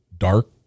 dark